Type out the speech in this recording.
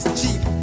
cheap